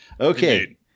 Okay